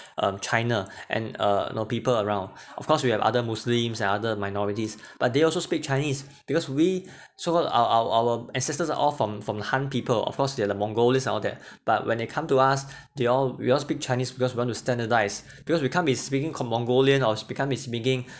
um china and uh know people around of course we have other muslims and other minorities but they also speak chinese because we so what our our our ancestors are all from from the han people of course they are the mongolians and all that but when they come to us they all we all speak chinese because we want to standardised because we can't be speaking com~ mongolian or we can't be speaking